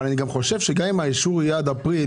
אבל אני גם חושב שגם אם האישור יהיה עד אפריל,